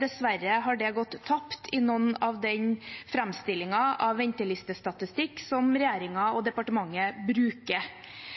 Dessverre har det gått tapt i noe av den framstillingen av ventelistestatistikk som regjeringen og departementet bruker.